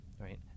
right